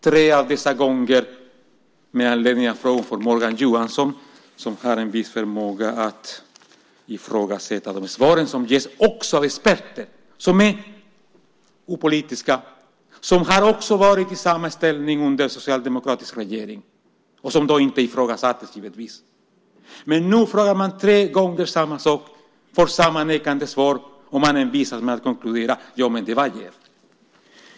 Tre av dessa gånger var med anledning av frågor från Morgan Johansson som har en viss förmåga att ifrågasätta de svar som ges, också av experter som är opolitiska, som har varit i samma ställning under socialdemokratisk regering och som då inte ifrågasattes givetvis. Men nu frågar man samma sak tre gånger och får samma nekande svar, och man envisas med att konkludera: Ja, men det var jäv.